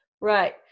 right